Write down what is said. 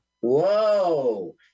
Whoa